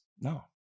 No